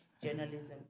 Journalism